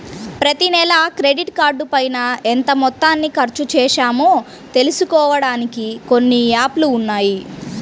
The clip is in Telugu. ప్రతినెలా క్రెడిట్ కార్డుపైన ఎంత మొత్తాన్ని ఖర్చుచేశామో తెలుసుకోడానికి కొన్ని యాప్ లు ఉన్నాయి